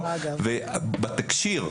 בתקשי"ר,